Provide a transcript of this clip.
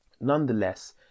Nonetheless